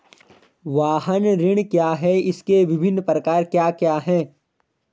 वाहन ऋण क्या है इसके विभिन्न प्रकार क्या क्या हैं?